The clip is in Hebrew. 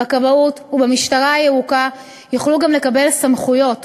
בכבאות ובמשטרה הירוקה יוכלו גם לקבל סמכויות,